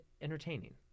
entertaining